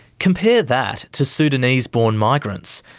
compare that to sudanese-born migrants,